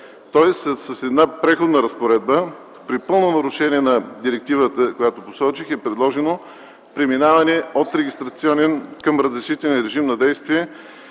Тоeст с една преходна разпоредба, при пълно нарушение на директивата, която посочих, е предложено преминаване от регистрационен към разрешителен режим на дейности